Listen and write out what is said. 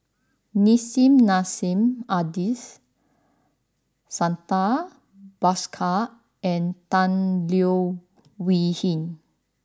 Nissim Nassim Adis Santha Bhaskar and Tan Leo Wee Hin